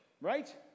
Right